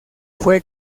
fue